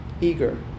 eager